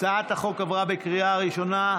הצעת החוק עברה בקריאה ראשונה,